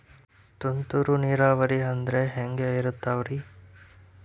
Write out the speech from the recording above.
ತುಂತುರು ನೇರಾವರಿ ಅಂದ್ರೆ ಹೆಂಗೆ ಇರುತ್ತರಿ?